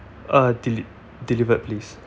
uh deli~ delivered please